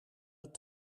het